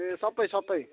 ए सबै सबै